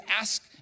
ask